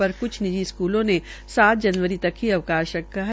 पर कुछ निजी स्कुलों ने सात जनवरी तक ही अवकाश रखा है